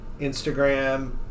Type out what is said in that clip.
Instagram